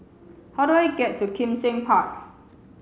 how do I get to Kim Seng Park